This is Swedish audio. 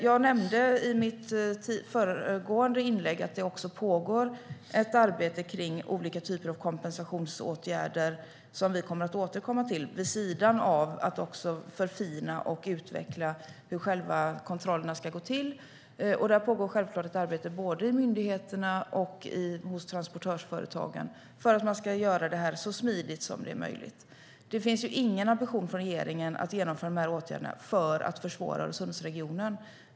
Jag nämnde i mitt föregående inlägg att det också pågår ett arbete kring olika typer av kompensationsåtgärder som vi kommer att återkomma till, vid sidan av att också förfina och utveckla hur själva kontrollerna ska gå till. Där pågår självklart ett arbete både i myndigheterna och hos transportörsföretagen för att man ska göra det här så smidigt som det är möjligt. Det finns ingen ambition från regeringen att genomföra dessa åtgärder för att försvåra för Öresundsregionen.